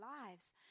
lives